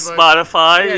Spotify